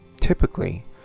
Typically